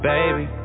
Baby